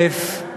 א.